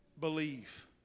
believe